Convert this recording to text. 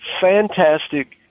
fantastic